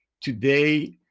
today